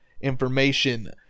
information